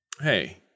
Hey